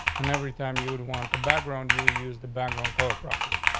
and every time you would want the background, you use the background color property.